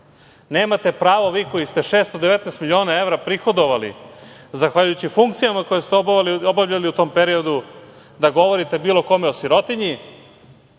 Nemate pravo vi koji ste 619 miliona evra prihodovali, zahvaljujući funkcijama koje ste obavljali u tom periodu da govorite bilo kome o sirotinji,